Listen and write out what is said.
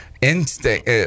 instinct